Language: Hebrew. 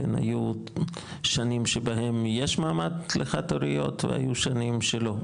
היו שנים שבהן יש מעמד לחד הוריות והיו שנים שלא.